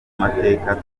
mateka